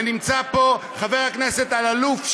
נמצא פה חבר הכנסת אלאלוף,